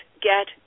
get